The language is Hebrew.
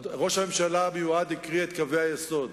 ראש הממשלה המיועד קרא את קווי היסוד.